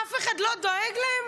אף אחד לא דואג להם.